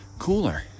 cooler